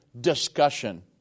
discussion